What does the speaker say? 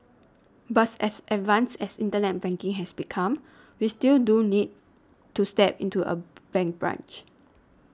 bus as advanced as internet banking has become we still do need to step into a bank branch